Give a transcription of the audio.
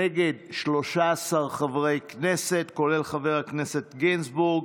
נגד, 13 חברי כנסת, כולל חבר הכנסת גינזבורג.